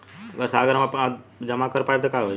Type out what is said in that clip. साहब अगर हम ओ देट पर पैसाना जमा कर पाइब त का होइ?